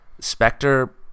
Spectre